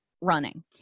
running